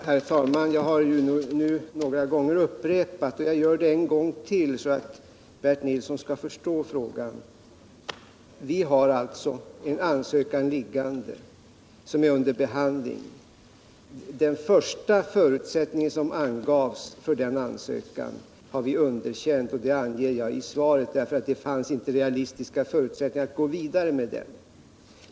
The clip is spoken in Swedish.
Herr talman! Jag har nu några gånger upprepat detta, och jag skall göra det en gång till, så att Bernt Nilsson skall förstå det. Vi har alltså en ansökan liggande som är under behandling. Den första förutsällning som angavs för denna ansökan har vi, som jag säger i svaret, underkänt därför att det inte fanns realistisk bakgrund för den.